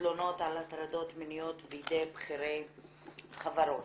בתלונות על הטרדות מיניות בידי בכירי חברות.